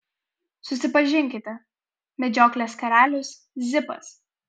susipažinkite medžioklės karalius zipas